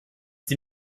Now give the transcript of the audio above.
die